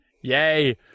Yay